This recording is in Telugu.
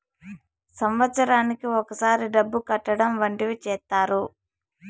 సంవత్సరానికి ఒకసారి డబ్బు కట్టడం వంటివి చేత్తారు